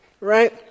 Right